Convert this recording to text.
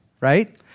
right